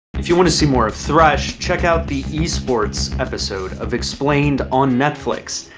if you wanna see more of thresh, check out the esports episode of explained on netflix.